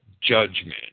judgment